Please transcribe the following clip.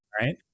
right